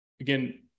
again